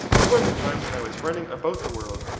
there was a time when i was running about the world,